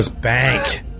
bank